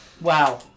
Wow